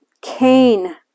Cain